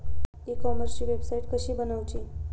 E कॉमर्सची वेबसाईट कशी बनवची?